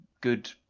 good